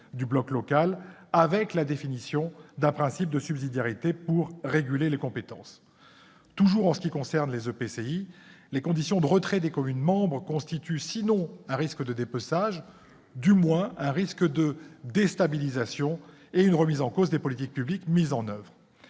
du bloc local, avec la définition d'un principe de subsidiarité pour réguler les compétences. Toujours en ce qui concerne les EPCI, les conditions de retrait des communes membres constituent, sinon un risque de dépeçage, du moins un risque de déstabilisation et une remise en cause des politiques publiques mises en oeuvre.